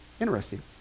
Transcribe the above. interesting